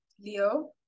Leo